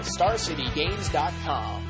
StarCityGames.com